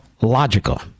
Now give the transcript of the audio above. logical